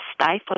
stifle